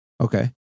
Okay